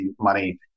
money